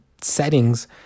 settings